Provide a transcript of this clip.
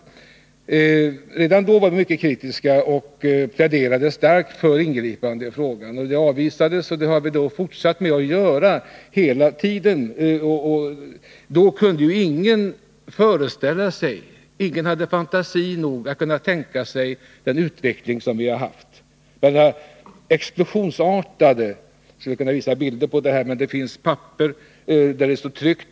Redan 1976 var vi alltså mycket kritiska och pläderade starkt för ingripanden i frågan. Våra förslag avvisades. Då hade ingen fantasi nog att kunna tänka sig den explosionsartade utveckling som vi haft. Jag skulle kunna visa bilder på detta, men det finns papper där det står tryckt.